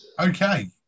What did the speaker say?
Okay